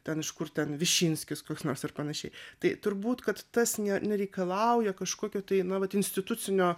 ten iš kur ten višinskis koks nors ir panašiai tai turbūt kad tas nė nereikalauja kažkokio tai na vat institucinio